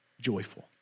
joyful